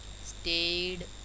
stayed